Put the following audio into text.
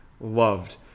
loved